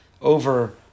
over